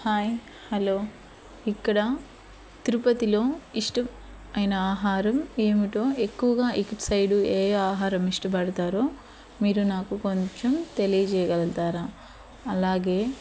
hi hello ఇక్కడా తిరుపతిలో ఇష్టమైన ఆహారం ఏమిటో ఎక్కువగా ఇటు సైడు ఏ ఆహారం ఇష్టపడతారో మీరు నాకు కొంచెం తెలియజేయగలతారా అలాగే